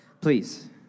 Please